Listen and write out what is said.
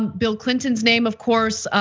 bill clinton's name, of course,